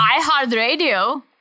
iHeartRadio